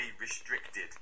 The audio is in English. restricted